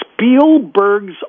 Spielberg's